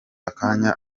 akanya